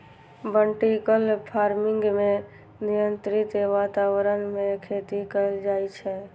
vertical farming मे नियंत्रित वातावरण मे खेती कैल जाइ छै